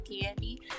Candy